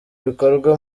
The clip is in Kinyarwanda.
bikorwa